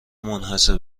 منحصر